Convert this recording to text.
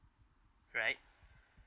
right